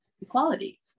equality